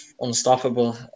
unstoppable